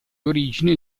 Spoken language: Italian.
origine